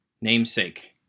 namesake